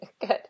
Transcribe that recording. good